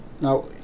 Now